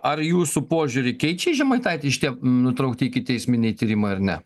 ar jūsų požiūrį keičia į žemaitaitį šitie nutraukti ikiteisminiai tyrimai ar ne